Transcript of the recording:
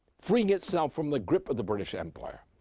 freeing itself from the grip of the british empire,